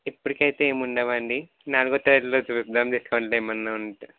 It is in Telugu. ఇప్పటికయితే ఏం ఉండవండి నాలుగవ తరగతిలో చూద్దాం డిస్కౌంట్లు ఏమన్నా ఉంటే